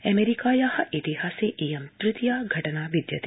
अमेरिकाया इतिहासे इयं तृतीया घटना विद्यते